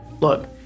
Look